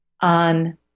on